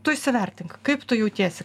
tu įsivertink kaip tu jautiesi